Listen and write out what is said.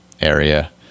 area